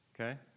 Okay